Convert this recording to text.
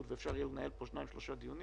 ואפשר יהיה לנהל פה שניים שלושה דיונים